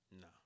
No